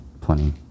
plenty